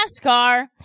NASCAR